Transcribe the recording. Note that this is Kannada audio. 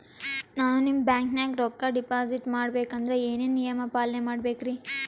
ನಾನು ನಿಮ್ಮ ಬ್ಯಾಂಕನಾಗ ರೊಕ್ಕಾ ಡಿಪಾಜಿಟ್ ಮಾಡ ಬೇಕಂದ್ರ ಏನೇನು ನಿಯಮ ಪಾಲನೇ ಮಾಡ್ಬೇಕ್ರಿ?